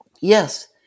yes